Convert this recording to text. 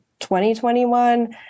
2021